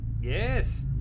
Yes